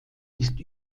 ist